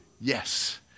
yes